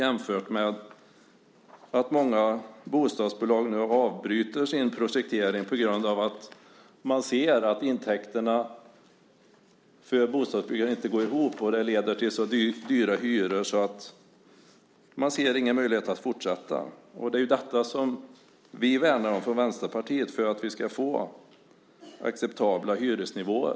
Nu avbryter många bostadsbolag sin projektering på grund av att ekonomin inte går ihop. Det leder till så dyra hyror att man inte ser någon möjlighet att fortsätta. Vi i Vänsterpartiet värnar om detta för att vi ska få acceptabla hyresnivåer.